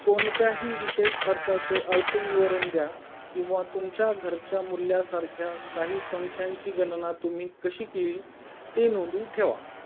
कोणत्याही विशेष खर्चाचे अल्पविवरण द्या किंवा तुमच्या घराच्या मूल्यासारख्या काही संख्यांची गणना तुम्ही कशी केलीत ते नोंदवून ठेवा